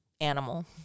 animal